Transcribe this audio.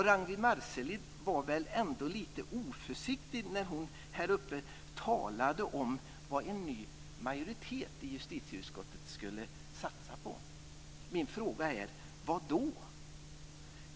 Ragnwi Marcelind var väl ändå lite oförsiktig när hon från talarstolen talade om vad en ny majoritet i justitieutskottet skulle satsa på. Min fråga är: Vad då?